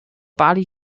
bali